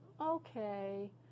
okay